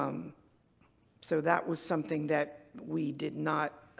um so that was something that we did not,